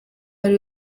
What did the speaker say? ari